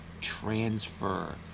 transfer